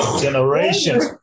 generations